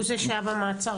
הוא זה שהיה במעצר.